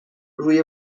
روی